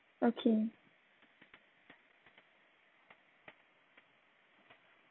okay